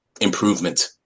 improvement